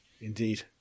indeed